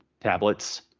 tablets